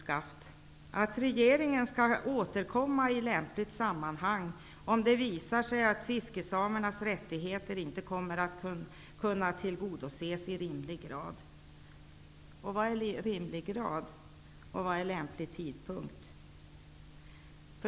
Utskottet skriver att regeringen skall återkomma i lämpligt sammanhang, om det visar sig att fiskesamernas rättigheter inte kommer att kunna tillgodoses i rimlig grad. Vad är rimlig grad? Och vad är lämplig tidpunkt?